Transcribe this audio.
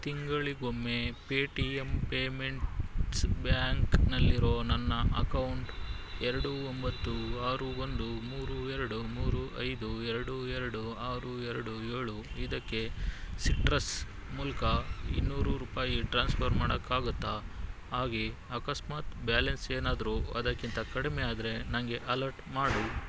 ತಿಂಗಳಿಗೊಮ್ಮೆ Paytm payments ಬ್ಯಾಂಕ್ನಲ್ಲಿರುವ ನನ್ನ ಅಕೌಂಟ್ ಎರಡು ಒಂಬತ್ತು ಆರು ಒಂದು ಮೂರು ಎರಡು ಮೂರು ಐದು ಎರಡು ಎರಡು ಆರು ಎರಡು ಏಳು ಇದಕ್ಕೆ ಸಿಟ್ರಸ್ ಮೂಲಕ ಇನ್ನೂರು ರೂಪಾಯಿ ಟ್ರಾನ್ಸ್ಫರ್ ಮಾಡೋಕ್ಕಾಗುತ್ತಾ ಹಾಗೆ ಅಕಸ್ಮಾತ್ ಬ್ಯಾಲೆನ್ಸ್ ಏನಾದರೂ ಅದಕ್ಕಿಂತ ಕಡಿಮೆ ಆದರೆ ನನಗೆ ಅಲರ್ಟ್ ಮಾಡು